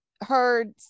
heard